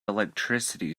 electricity